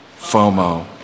FOMO